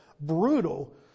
brutal